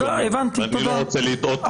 אני לא רוצה לטעות ולהטעות.